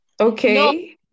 Okay